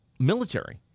Military